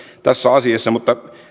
tässä asiassa mutta